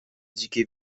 dzikie